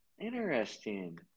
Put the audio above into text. interesting